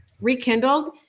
rekindled